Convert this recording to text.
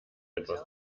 etwas